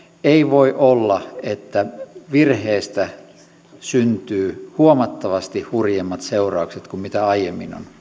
ei voi olla niin että virheestä syntyy huomattavasti hurjemmat seuraukset kuin aiemmin